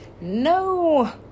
no